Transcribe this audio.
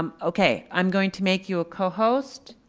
um okay, i'm going to make you a cohost,